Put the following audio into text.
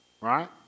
right